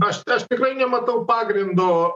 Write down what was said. aš aš tikrai nematau pagrindo